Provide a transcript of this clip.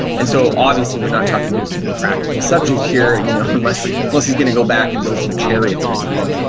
and so obviously we're not talking about a super practical subject here you know unless he's going to go back and build some chariots or something.